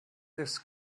this